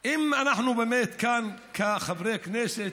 אם אנחנו באמת כאן, כחברי כנסת,